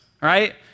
right